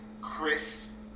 Chris